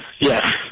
Yes